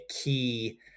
key